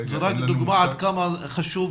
זה רק דוגמה עד כמה זה חשוב.